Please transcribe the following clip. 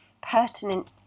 pertinent